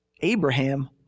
Abraham